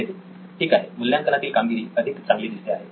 नितीन ठीक आहे मूल्यांकनातील कामगिरी अधिक चांगली दिसते आहे